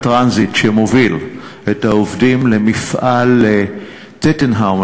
הטרנזיט שמוביל את העובדים למפעל "טוטנאור"